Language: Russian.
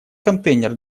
контейнер